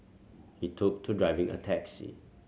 he took to driving a taxi